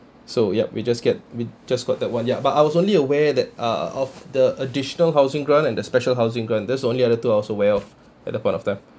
so yup we just get we just got that [one] ya but I was only aware that uh of the additional housing grant and the special housing grant that's only other two I also aware of at the point of time